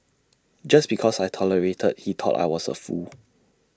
just because I tolerated he thought I was A fool